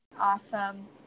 Awesome